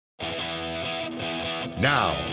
Now